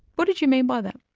what did you mean by that?